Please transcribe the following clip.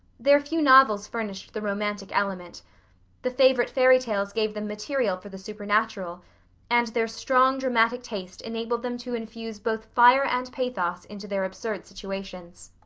their few novels furnished the romantic element the favorite fairy-tales gave them material for the supernatural and their strong dramatic taste enabled them to infuse both fire and pathos into their absurd situations.